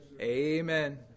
Amen